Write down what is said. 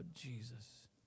Jesus